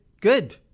good